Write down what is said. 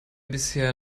bisher